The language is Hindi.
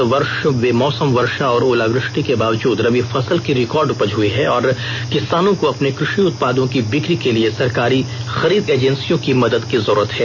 इस वर्ष बेमौसम वर्षा और ओलावृष्टि के बावजूद रबी फसल की रिकॉर्ड उपज हुई है और किसानों को अपने कृषि उत्पादों की बिक्री के लिए सरकारी खरीद एजेंसियों की मदद की जरूरत है